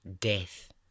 death